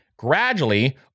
gradually